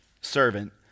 servant